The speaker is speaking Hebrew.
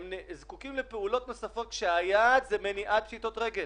הם זקוקים לפעולות נוספות כשהיעד הוא מניעת פשיטות רגל.